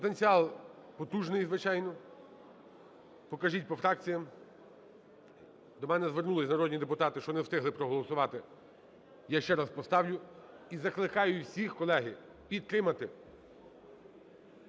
Потенціал потужний, звичайно. Покажіть, по фракціях. До мене звернулись народні депутати, що не встигли проголосувати, я ще раз поставлю. І закликаю всіх, колеги, підтримати,